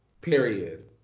Period